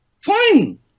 Fine